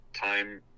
time